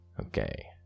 Okay